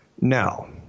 no